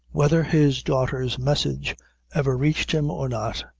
whether his daughter's message ever reached him or not,